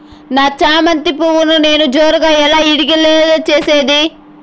నా చామంతి పువ్వును నేను జోరుగా ఎలా ఇడిగే లో చేసేది?